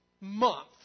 month